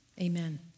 amen